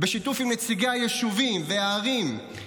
בשיתוף עם נציגי היישובים והערים,